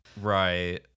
Right